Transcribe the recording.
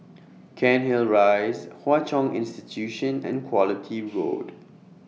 Cairnhill Rise Hwa Chong Institution and Quality Road